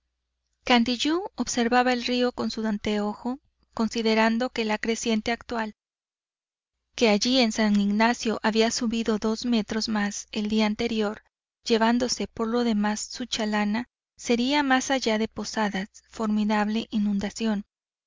candiyú observaba el río con su anteojo considerando que la creciente actual que allí en san ignacio había subido dos metros más el día anterior llevándose por lo demás su chalana sería más allá de posadas formidable inundación